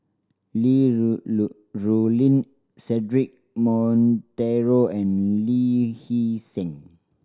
Li Rulin Cedric Monteiro and Lee Hee Seng